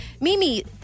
Mimi